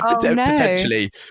potentially